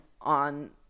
on